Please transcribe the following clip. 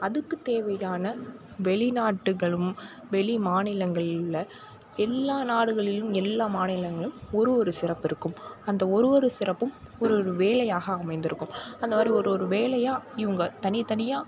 அதுக்கு தேவையான வெளி நாடுகளும் வெளி மாநிலங்களில் உள்ள எல்லா நாடுகளிலும் எல்லா மாநிலங்களும் ஒரு ஒரு சிறப்பு இருக்கும் அந்த ஒரு ஒரு சிறப்பும் ஒரு ஒரு வேலையாக அமைந்திருக்கும் அந்த மாதிரி ஒரு ஒரு வேலையாக இவங்க தனி தனியாக